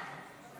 ביתנו